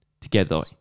Together